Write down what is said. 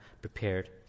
prepared